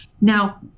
now